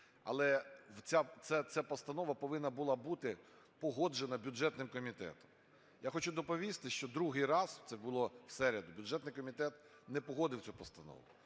але ця постанова повинна була бути погоджена бюджетним комітетом. Я хочу доповісти, що другий раз – це було в середу – бюджетний комітет не погодив цю постанову.